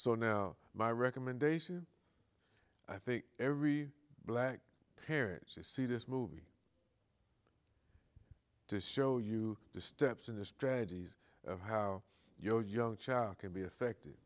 so now my recommendation i think every black parents you see this movie to show you the steps in the strategies of how you know young child can be affected